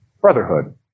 brotherhood